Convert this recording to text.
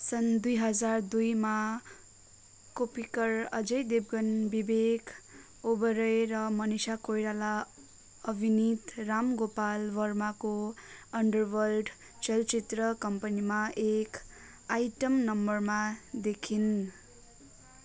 सन् दुई हजार दुईमा कोप्पिकर अजय देवगन विवेक ओबेरोय र मनिषा कोइराला अभिनीत राम गोपाल वर्माको अन्डरवर्ल्ड चलचित्र कम्पनीमा एक आइटम नम्बरमा देखिइन्